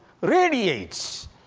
radiates